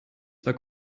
zwar